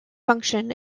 function